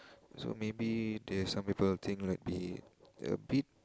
so maybe the some people think like be a bit